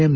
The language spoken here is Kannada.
ಎಂ